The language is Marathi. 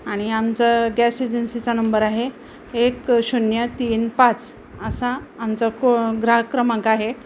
आणि आमचा गॅस एजन्सीचा नंबर आहे एक शून्य तीन पाच असा आमचा तो ग्राहक क्रमांक आहे